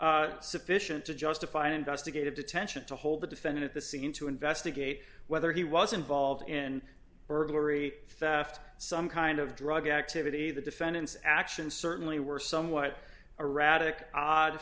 sufficient to justify an investigative detention to hold the defendant at the scene to investigate whether he was involved in burglary some kind of drug activity the defendant's actions certainly were somewhat erratic odd